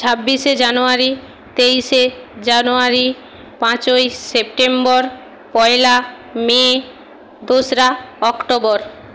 ছাব্বিশে জানুয়ারি তেইশে জানুয়ারি পাঁচই সেপ্টেম্বর পয়লা মে দোসরা অক্টোবর